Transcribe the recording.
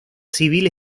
civil